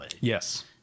Yes